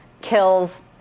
kills